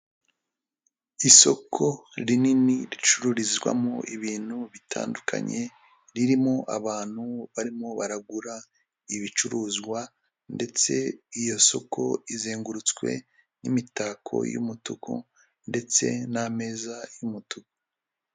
Isoko rinini ricururizwamo ibintu bitandukanye, ririmo abantu barimo baragura ibicuruzwa ndetse iryo soko rizengurutswe n'imitako y'umutuku ndetse n'ameza y'umutuku.